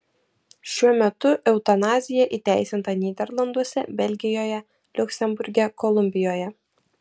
šiuo metu eutanazija įteisinta nyderlanduose belgijoje liuksemburge kolumbijoje